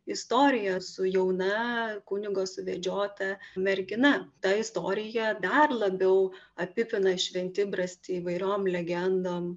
istorija su jauna kunigo suvedžiota mergina ta istorija dar labiau apipina šventibrastį įvairiom legendom